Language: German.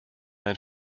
ein